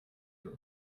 your